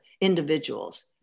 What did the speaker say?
individuals